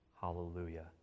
Hallelujah